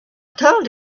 told